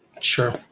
Sure